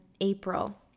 April